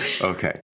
Okay